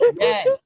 yes